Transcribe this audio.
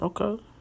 Okay